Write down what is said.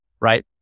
Right